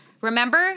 Remember